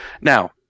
now